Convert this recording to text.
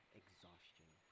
exhaustion